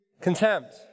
contempt